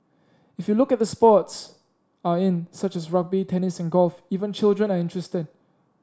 if you look at the sports are in such as rugby tennis and golf even children are interested